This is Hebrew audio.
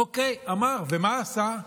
אוקיי, אמר, ומה עשה?